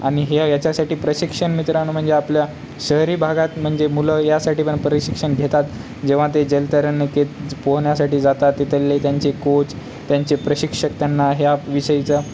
आणि हे ह्या याच्यासाठी प्रशिक्षण मित्रण म्हणजे आपल्या शहरी भागात म्हणजे मुलं यासाठीपण प्रशिक्षण घेतात जेव्हा ते जलतरणीकेत पोहण्यासाठी जातात तिथले त्यांचे कोच त्यांचे प्रशिक्षक त्यांना ह्या विषयीचं